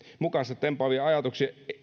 mukaansatempaavia biologisia ajatuksia